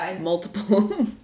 multiple